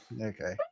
Okay